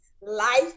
Life